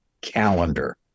calendar